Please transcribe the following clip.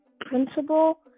principal